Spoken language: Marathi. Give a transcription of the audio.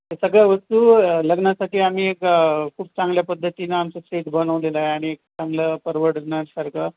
तर सगळ्या वस्तू लग्नासाठी आम्ही एक खूप चांगल्या पद्धतीनं आमचं सेट बनवलेला आहे आणि चांगलं परवडण्यासारखं